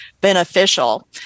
beneficial